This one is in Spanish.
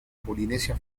polinesia